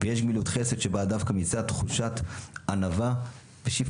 יש גמילות חסד שבאה דווקא מתחושת ענווה ושפלות.